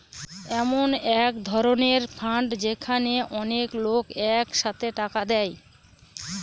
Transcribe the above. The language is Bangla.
এমন এক ধরনের ফান্ড যেখানে অনেক লোক এক সাথে টাকা দেয়